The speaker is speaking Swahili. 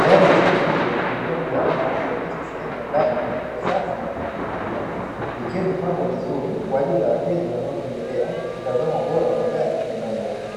Gari zuri limefunguliwa milango kuonyesha sehemu ya ndani ilivyo safi na ya kuvutia, ikiwa limepangwa vizuri kwa ajili ya wateja wanaotembelea kutazama ubora wa magari yanayouzwa,